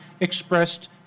expressed